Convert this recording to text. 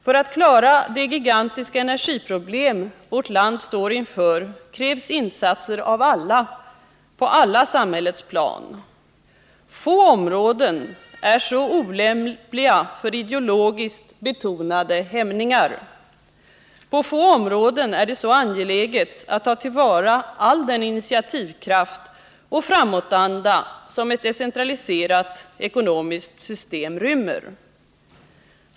För att klara de gigantiska energiproblem vårt land står inför krävs insatser av alla på alla samhällets plan. Få områden är så olämpliga för ideologiskt betonade hämningar. På få områden är det så angeläget att ta till vara all den initiativkraft och framåtanda som ett decentraliserat ekonomiskt system rymmer.